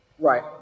Right